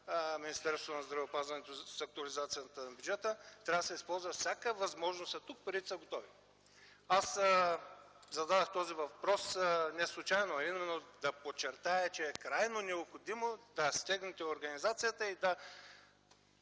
Министерството на здравеопазването след актуализацията в бюджета, следва да се използва всяка възможност, а тук парите са готови. Зададох въпроса неслучайно, а именно, за да подчертая, че е крайно необходимо да стегнете организацията и да